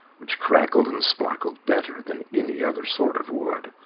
which crackled and sparkled better than any other sort of wood.